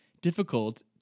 difficult